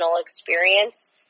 experience